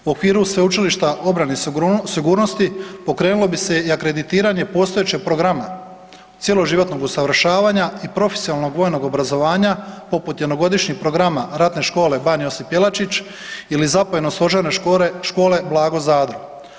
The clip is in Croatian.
U okviru Sveučilišta obrane i sigurnosti pokrenulo bi se i akreditiranje postojećeg programa cjeloživotnog usavršavanja i profesionalnog vojnog obrazovanja poput jednogodišnjeg programa Ratne škole „Ban Josip Jelačić“ ili Zapovjedno-stožerne škole „Blago Zadro“